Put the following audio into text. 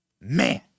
Man